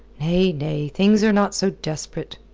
nay, nay things are not so desperate.